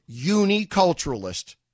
uniculturalist